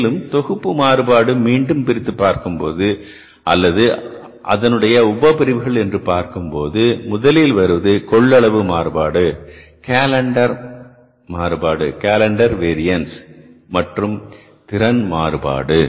மேலும் தொகுப்பு மாறுபாட்டு மீண்டும் பிரித்துப் பார்க்கும் போது அல்லது அதனுடைய உப பிரிவுகள் என்று பார்க்கும்போது முதலில் வருவது கொள்ளளவு மாறுபாடு கேலண்டர் மாறுபாடு மற்றும் திறன் மாறுபாடு